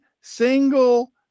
single